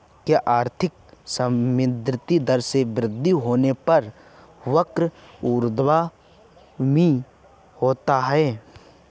क्या आर्थिक संवृद्धि दर में वृद्धि होने पर वक्र ऊर्ध्वगामी होता है?